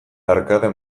arkade